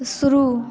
शुरू